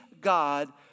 God